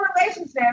relationship